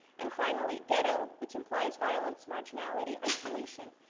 and finally, ghetto, which implies violence, marginality, isolation.